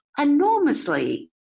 enormously